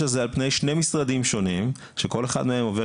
שזה על פני שני משרדים שונים שכל אחד מהם עובד